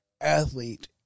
athlete